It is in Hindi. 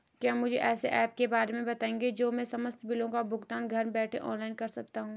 क्या मुझे ऐसे ऐप के बारे में बताएँगे जो मैं समस्त बिलों का भुगतान घर बैठे ऑनलाइन कर सकूँ?